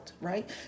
Right